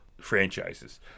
franchises